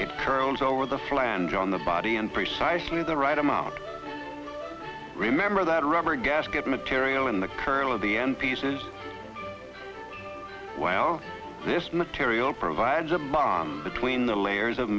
it curls over the flange on the body and precisely the right amount remember that rubber gasket material in the curl of the end pieces while this material provides a bomb between the layers of